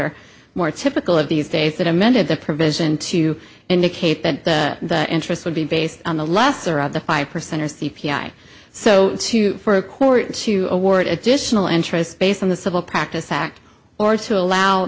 are more typical of these days that amended the provision to indicate that the interest would be based on the lesser of the five percent or c p i so too for a court to award additional interest based on the civil practice act or to allow